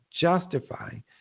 justifying